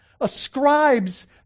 ascribes